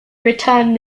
returned